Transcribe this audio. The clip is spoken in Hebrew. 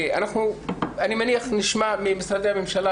אני מניח שנשמע ממשרדי הממשלה,